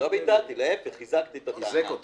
לא ביטלתי, להפך, חיזקתי את הטענה.